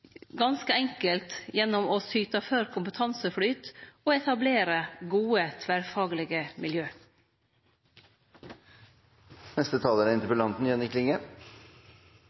ganske enkelt gjennom å syte for kompetanseflyt og etablere gode tverrfaglege miljø. Eg takkar for debatten. Det er